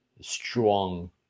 strong